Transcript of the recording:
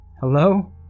Hello